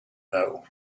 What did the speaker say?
know